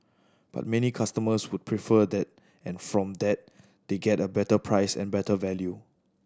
but many customers would prefer that and from that they get a better price and better value